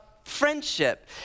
friendship